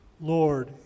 Lord